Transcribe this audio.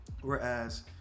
Whereas